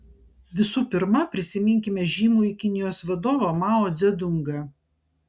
visų pirma prisiminkime žymųjį kinijos vadovą mao dzedungą